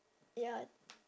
ya